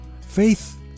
Faith